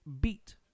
beat